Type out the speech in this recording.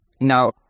Now